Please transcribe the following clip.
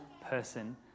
person